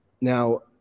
now